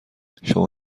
شما